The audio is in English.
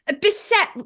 Beset